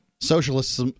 Socialists